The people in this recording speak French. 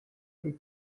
des